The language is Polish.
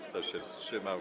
Kto się wstrzymał?